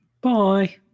Bye